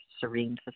serene